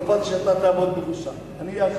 לא אכפת לי שתעמוד בראשה, אני אהיה,